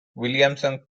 williamson